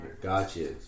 gotcha